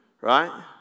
right